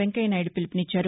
వెంకయ్య నాయుడు పిలుపునిచ్చారు